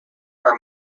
are